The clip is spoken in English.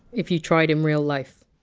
if you tried in real life.